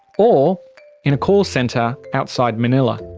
or in a call centre outside manila.